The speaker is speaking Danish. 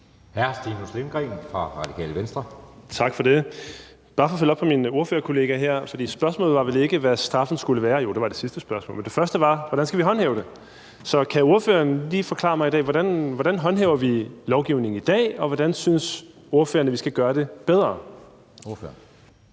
19:18 Stinus Lindgreen (RV): Tak for det. Det er bare for at følge op på min ordførerkollega her, for spørgsmålet var vel ikke, hvad straffen skulle være – jo, det var det sidste spørgsmål – men det første var: Hvordan skal vi håndhæve det? Så kan ordføreren lige forklare mig i dag, hvordan vi håndhæver lovgivningen i dag, og hvordan ordføreren synes vi skal gøre det bedre? Kl.